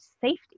safety